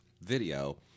video